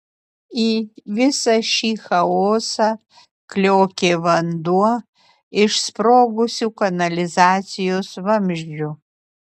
į visą šį chaosą kliokė vanduo iš sprogusių kanalizacijos vamzdžių